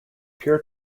pure